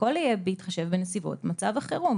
הכול כמובן יהיה בהתחשב בנסיבות מצב החירום.